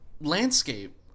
landscape